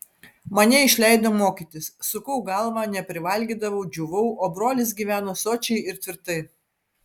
mane išleido mokytis sukau galvą neprivalgydavau džiūvau o brolis gyveno sočiai ir tvirtai